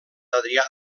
adrià